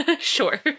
sure